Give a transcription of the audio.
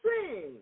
sing